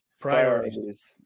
Priorities